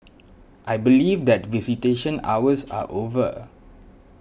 I believe that visitation hours are over